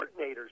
coordinators